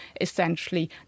essentially